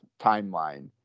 timeline